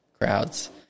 crowds